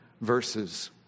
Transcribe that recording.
verses